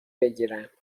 بگیرم